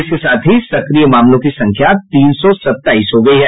इसके साथ ही सक्रिय मामलों की संख्या तीन सौ सत्ताईस हो गयी है